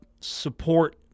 support